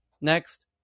Next